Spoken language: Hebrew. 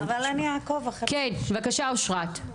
כן, בבקשה אושרת.